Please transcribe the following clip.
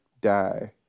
die